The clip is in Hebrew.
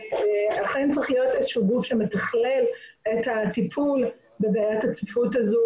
אכן צריך להיות גוף שמתכלל את הטיפול בבעיית הצפיפות הזאת.